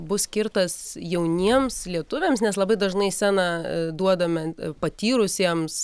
bus skirtas jauniems lietuviams nes labai dažnai sceną duodame patyrusiems